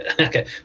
Okay